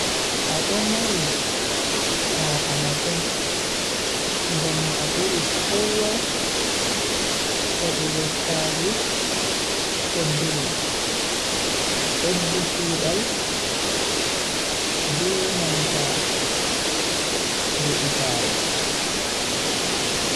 Ado mari sa'a masin ngam a buri kowa hebogo chahu teddudum. Brddu tiidal be nanta de'itaare.